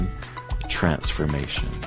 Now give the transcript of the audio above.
transformation